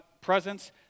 presence